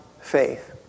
faith